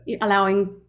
allowing